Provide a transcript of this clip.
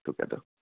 together